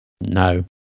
No